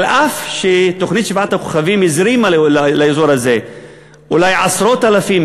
אף ש"תוכנית שבעת הכוכבים" הזרימה לאזור הזה אולי עשרות אלפים,